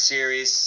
Series